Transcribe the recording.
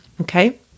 Okay